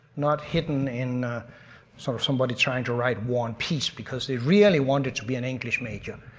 not hidden in sort of somebody trying to write war and peace because they really wanted to be an english major.